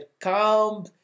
calm